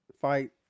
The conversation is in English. fight